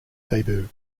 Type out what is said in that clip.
debut